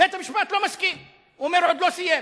בית-המשפט לא מסכים, הוא אומר: עוד לא סיים.